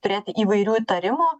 turėti įvairių įtarimų